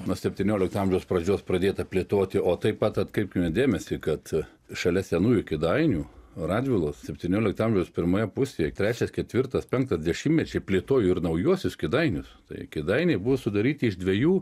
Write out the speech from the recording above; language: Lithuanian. nuo septyniolikto amžiaus pradžios pradėta plėtoti o taip pat atkreipkime dėmesį kad šalia senųjų kėdainių radvilos septynioliktojo amžiaus pirmoje pusėje trečias ketvirtas penktas dešimtmečiai plėtojo ir naujuosius kėdainius tai kėdainiai buvo sudaryti iš dviejų